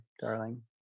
darling